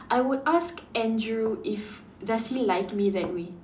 I would ask Andrew if does he like me that way